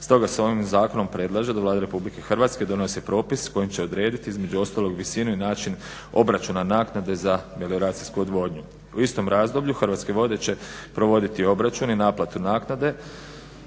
Stoga se ovim zakonom predlaže da Vlada Republike Hrvatske donese propis kojim će odredit, između ostalog visinu i način obračuna naknade za melioracijsku odvodnju. U istom razdoblju Hrvatske vode će provoditi obračun i naplatu naknade